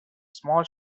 small